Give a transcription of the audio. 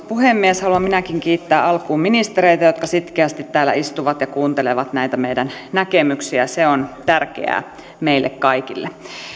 puhemies haluan minäkin kiittää alkuun ministereitä jotka sitkeästi täällä istuvat ja kuuntelevat näitä meidän näkemyksiämme se on tärkeää meille kaikille